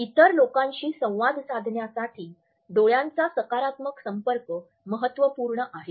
इतर लोकांशी संवाद साधण्यासाठी डोळ्यांचा सकारात्मक संपर्क महत्त्वपूर्ण आहे